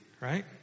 right